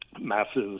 massive